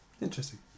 Interesting